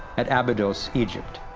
at abydos, egypt.